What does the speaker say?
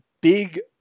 big